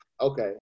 Okay